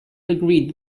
agreed